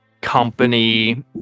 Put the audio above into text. company